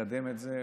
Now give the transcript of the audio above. לקדם את זה,